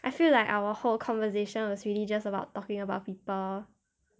I feel like our whole conversation was really just about talking about people